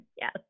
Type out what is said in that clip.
Yes